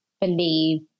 believe